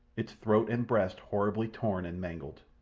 its throat and breasts horribly torn and mangled.